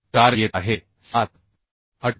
4 येत आहे 7